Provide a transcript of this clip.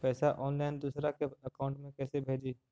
पैसा ऑनलाइन दूसरा के अकाउंट में कैसे भेजी?